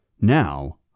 Now